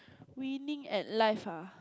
winning at life ah